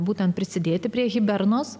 būtent prisidėti prie hibernos